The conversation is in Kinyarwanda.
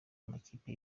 amakipe